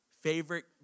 Favorite